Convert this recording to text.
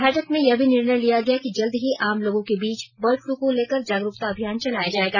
बैठक में यह भी तय किया गया कि जल्द ही आम लोगों के बीच बर्ड फ्लू को लेकर जागरूकता अभियान चलाया जाएगा